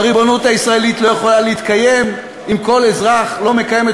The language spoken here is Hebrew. והריבונות הישראלית לא יכולה להתקיים אם כל אזרח לא מקיים את